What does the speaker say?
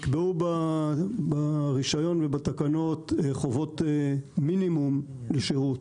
ברישיון ובתקנות נקבעו חובות מינימום לשירות.